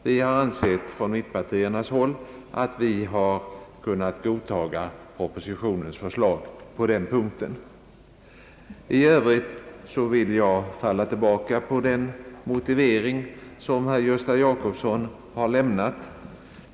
Vi från mittenpartierna anser att vi kan godtaga propositionens förslag på dessa punkter. I övrigt vill jag ansluta mig till den motivering som herr Gösta Jacobsson har lämnat.